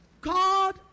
God